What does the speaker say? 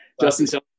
justin